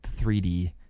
3d